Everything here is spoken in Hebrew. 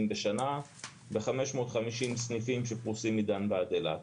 בשנה ב-550 סניפים שפרוסים מדן ועד אילת.